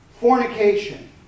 fornication